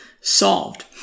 solved